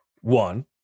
one